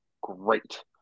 Great